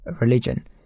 religion